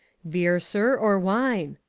beer, sir, or wine?